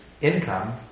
income